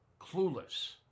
clueless